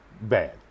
bad